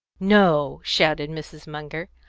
no! shouted mrs. munger.